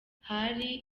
hari